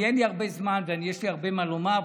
אין לי הרבה זמן ויש לי הרבה מה לומר,